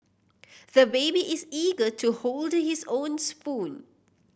the baby is eager to hold his own spoon